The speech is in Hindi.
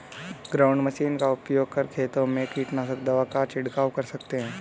ग्राउंड मशीन का उपयोग कर खेतों में कीटनाशक दवा का झिड़काव कर सकते है